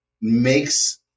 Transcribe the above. makes